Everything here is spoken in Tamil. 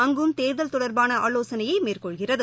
அங்கும் தேர்தல் தொடர்பானஆலோசனையைமேறகொள்கிறது